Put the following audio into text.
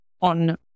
on